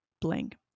blank